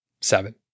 seven